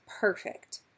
perfect